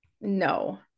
no